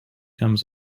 comes